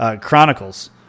chronicles